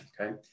okay